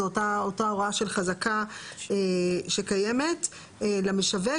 זה אותה הוראה של חזקה שקיימת למשווק,